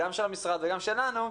גם של המשרד וגם שלנו,